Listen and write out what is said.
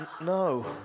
No